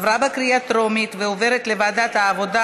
עברה בקריאה טרומית ועוברת לוועדת העבודה,